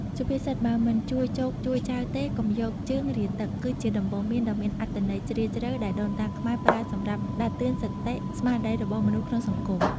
សុភាសិត «បើមិនជួយចូកជួយចែវទេ កុំយកជើងរាទឹក» គឺជាដំបូន្មានដ៏មានអត្ថន័យជ្រាលជ្រៅដែលដូនតាខ្មែរប្រើសម្រាប់ដាស់តឿនសតិស្មារតីរបស់មនុស្សក្នុងសង្គម។